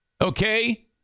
Okay